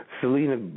Selena